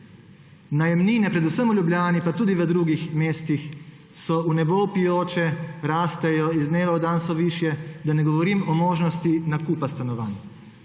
Najemnine predvsem v Ljubljani, pa tudi v drugih mestih so v nebo vpijoče, rastejo, iz dneva v dan so višje. Da ne govorim o možnosti nakupa stanovanj.